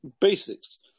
basics